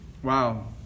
Wow